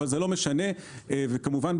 וכמובן,